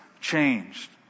changed